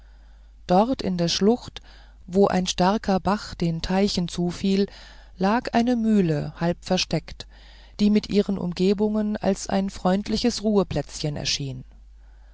dort in der schlucht wo ein starker bach den teichen zufiel lag eine mühle halb versteckt die mit ihren umgebungen als ein freundliches ruheplätzchen erschien